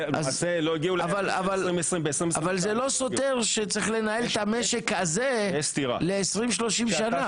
אבל זה לא סותר שצריך לנהל את המשק הזה ל-20 30 שנה.